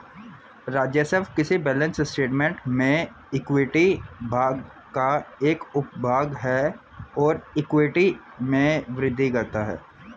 राजस्व किसी balance statement में इक्विटी भाग का एक उपभाग है और इक्विटी में वृद्धि करता है